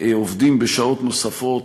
עובדים בשעות נוספות,